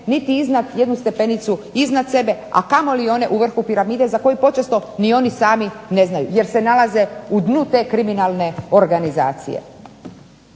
niti jednu stepenicu iznad sebe, a kamoli one u vrhu piramide za koje počesto ni oni sami ne znaju jer se nalaze u dnu te kriminalne organizacije.